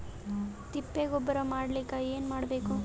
ತಿಪ್ಪೆ ಗೊಬ್ಬರ ಮಾಡಲಿಕ ಏನ್ ಮಾಡಬೇಕು?